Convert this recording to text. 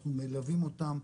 אנחנו מלווים אותם,